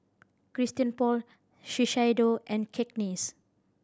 Christian Paul Shiseido and Cakenis